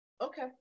Okay